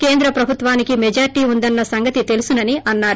కేంద్ర ప్రభుత్వానికి మెజారిటి ఉందన్న సంగతి తెలుసునని అన్నారు